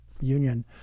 union